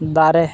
ᱫᱟᱨᱮ